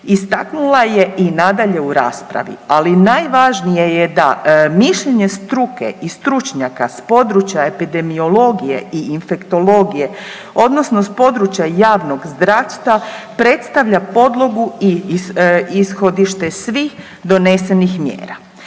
istaknula je i nadalje u raspravi, ali najvažnije je da mišljenje struke i stručnjaka iz područja epidemiologije i infektologije odnosno s područja javnog zdravstva predstavlja podlogu i ishodište svih donesenih mjera.